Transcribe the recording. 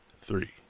Three